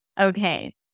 Okay